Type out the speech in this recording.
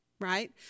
right